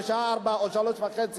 בשעה 16:00 או 15:30,